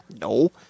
No